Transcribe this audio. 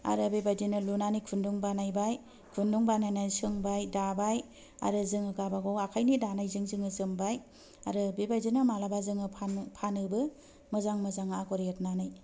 आरो बेबायदिनो लुनानै खुन्दुं बानायबाय खुन्दुं बानायनानै सोंबाय दाबाय आरो जोङो गावबा गाव आखायनि दानायजों जोङो जोमबाय आरो बेबायदिनो मालाबा जोङो फानोबो मोजां मोजां आगर एरनानै